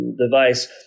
device